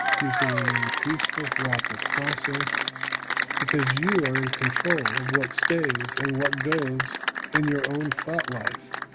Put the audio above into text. you can remain peaceful throughout this process because you are in control of what stays and what goes in your own thought life,